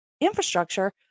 infrastructure